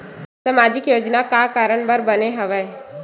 सामाजिक योजना का कारण बर बने हवे?